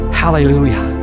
hallelujah